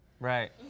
Right